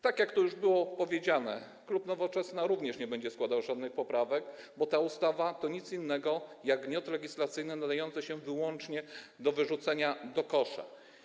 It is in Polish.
Tak jak to już było powiedziane, klub Nowoczesna również nie będzie składał żadnych poprawek, bo ta ustawa to nic innego jak gnioty legislacyjne nadające się wyłącznie do wyrzucenia do kosza.